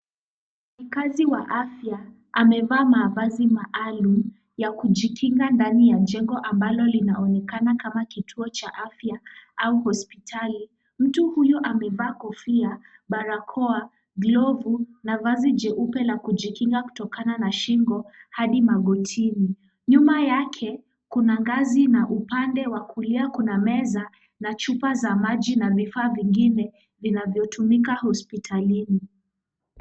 Mkazi wa afya amevaa mavazi maalum ya kujikinga ndani ya jengo ambalo linaonekana kama kituio cha afya au hospitali. Mtu huyo amevaa kofia, barakoa, glovu na vazi jeupe la kujikinga kutokana na shingo hadi magotini. Nyuma yake kuna ngazi na upande wa kulia kuna meza na chupa za maji na vifaa vingine vinavyotumika hospitalini.